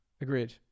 Agreed